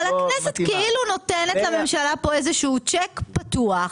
אבל הכנסת כאילו נותנת לממשלה שיק פתוח,